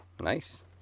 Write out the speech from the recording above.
Nice